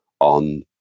on